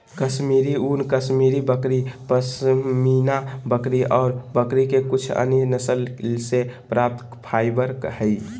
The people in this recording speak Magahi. कश्मीरी ऊन, कश्मीरी बकरी, पश्मीना बकरी ऑर बकरी के कुछ अन्य नस्ल से प्राप्त फाइबर हई